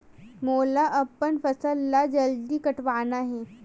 मोला अपन फसल ला जल्दी कटवाना हे?